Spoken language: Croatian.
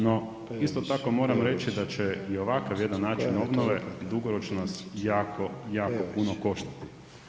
No, isto tako moram reći da će i ovakav jedan način obnove dugoročno jako, jako puno koštati.